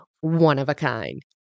one-of-a-kind